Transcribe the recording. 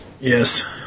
Yes